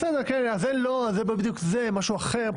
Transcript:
בסדר זה לא, זה לא בדיוק זה, משהו אחר.